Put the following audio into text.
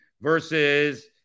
versus